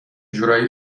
جورایی